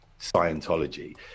Scientology